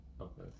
Okay